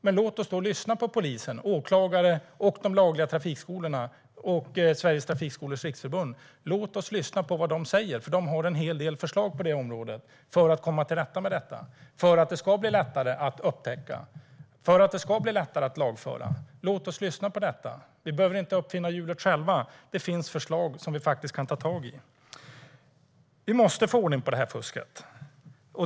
Men låt oss då lyssna på vad polisen, åklagarna, de lagliga trafikskolorna och Sveriges Trafikskolors Riksförbund säger, för de har en hel del förslag för att komma till rätta med detta så att det blir lättare att upptäcka och lagföra. Vi behöver inte uppfinna hjulet själva. Det finns förslag som vi faktiskt kan ta tag i. Vi måste komma till rätta med det här fusket.